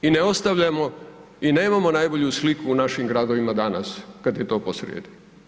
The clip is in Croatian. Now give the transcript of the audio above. I ne ostavljamo i nemamo najbolju sliku u našim gradovima danas kad je to posrijedi.